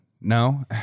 No